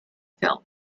filmed